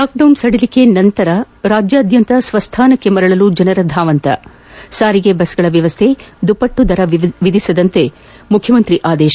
lockdown ಸಡಿಲಿಕೆ ನಂತರ ರಾಜ್ಯದ್ಧಂತ ಸ್ವಸ್ಥಾನಕ್ಕೆ ಮರಳಲು ಜನರ ಧಾವಂತ ಸಾರಿಗೆ ಬಸ್ಗಳ ವ್ವವಸ್ಥೆ ದುಪ್ಪಟ್ಟು ದರ ವಿಧಿಸದಂತೆ ಮುಖ್ಲಮಂತ್ರಿ ಆದೇಶ